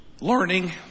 learning